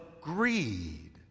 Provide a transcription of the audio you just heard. greed